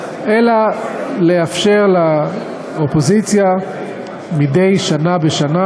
אלא לאפשר לאופוזיציה מדי שנה בשנה